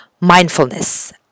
mindfulness